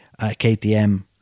KTM